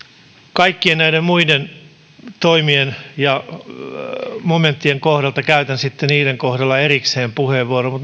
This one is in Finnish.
kaikkien näiden muiden toimien ja momenttien kohdalta käytän sitten erikseen puheenvuoron